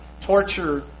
torture